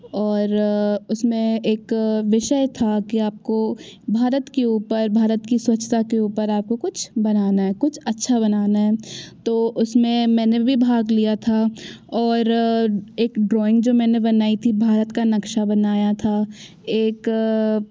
और उसमें एक विषय था कि आपको भारत के ऊपर भारत की स्वच्छता के ऊपर आपको कुछ बनाना है कुछ अच्छा बनाना है तो उसमें मैं भी भाग लिया था और एक ड्राइंग जो मैंने बनाई थी भारत का नक्शा बनाया था एक